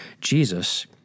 Jesus